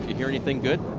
hear anything good?